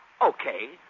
Okay